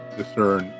discern